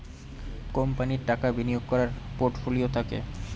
কোম্পানির টাকা বিনিয়োগ করার পোর্টফোলিও থাকে